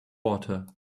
water